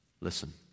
Listen